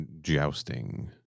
jousting